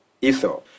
Esau